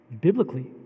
biblically